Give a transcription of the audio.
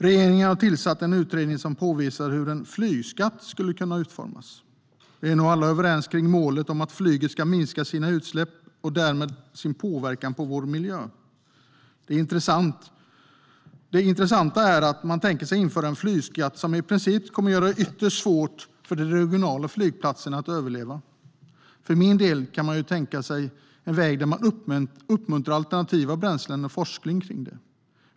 Regeringen har tillsatt en utredning som påvisar hur en flygskatt skulle kunna utformas. Vi är nog alla överens om målet att flyget ska minska sina utsläpp och därmed sin påverkan på vår miljö. Det intressanta är att man tänker sig att införa en flygskatt som i princip kommer att göra det ytterst svårt för de regionala flygplatserna att överleva. För min del kan man tänka sig en väg där man uppmuntrar alternativa bränslen och forskning kring det.